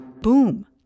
Boom